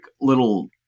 little